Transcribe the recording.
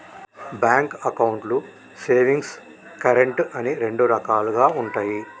bank అకౌంట్లు savings, current అని రెండు రకాలుగా ఉంటయి